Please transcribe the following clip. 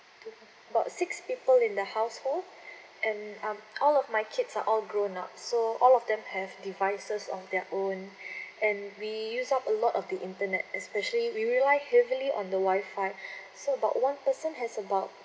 about six people in the household and uh all of my kids are all grown up so all of them have devices of their own and we use up a lot of the internet especially we rely heavily on the wifi so about one person has about